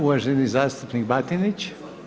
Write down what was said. Uvaženi zastupnik Batinić.